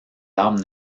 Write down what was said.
arbres